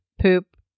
poop